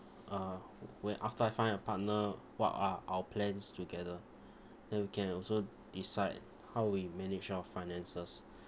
uh when after I find a partner what are our plans together then we can also decide how we manage our finances